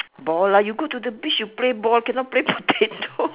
ball lah you go to the beach you play ball cannot play potato